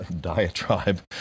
diatribe